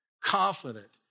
confident